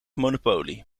monopolie